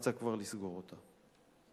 רצה כבר לסגור אותה.